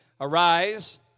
arise